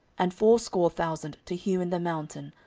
and fourscore thousand to hew in the mountain,